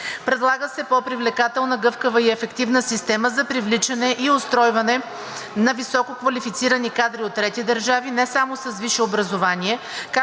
Предлага се по-привлекателна, гъвкава и ефективна система за привличане и устройване на висококвалифицирани кадри от трети държави, не само с висше образование;